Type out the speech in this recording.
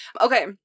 Okay